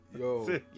Yo